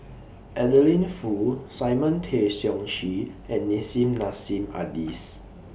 Adeline Foo Simon Tay Seong Chee and Nissim Nassim Adis